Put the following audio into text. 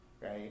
right